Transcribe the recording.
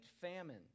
famine